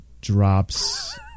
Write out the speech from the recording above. drops